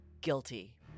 guilty